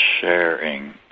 sharing